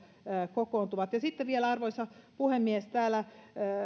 kokoontuvat ja sitten vielä arvoisa puhemies täällä